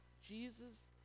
Jesus